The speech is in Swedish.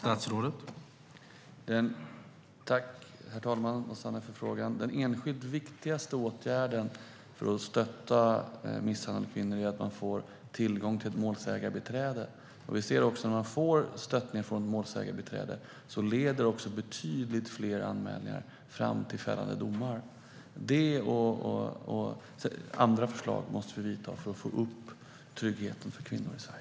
Herr talman! Tack för frågan, Sanne! Den enskilt viktigaste åtgärden för att stötta misshandlade kvinnor är att de ska få tillgång till målsägarbiträde. Vi ser att betydligt fler anmälningar leder till fällande domar när man får stöttning från ett målsägarbiträde. Denna och andra åtgärder måste vi vidta för att öka tryggheten för kvinnor i Sverige.